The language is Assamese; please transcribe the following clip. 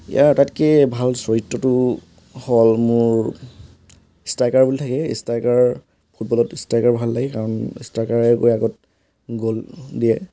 ইয়াৰ আটাইতকৈ ভাল চৰিত্ৰটো হ'ল মোৰ ষ্ট্ৰাইকাৰ বুলি থাকে ষ্ট্ৰাইকাৰ ফুটবলত ষ্ট্ৰাইকাৰ ভাল লাগে কাৰণ ষ্ট্ৰাইকাৰৰ আগত গ'ল দিয়ে